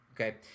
Okay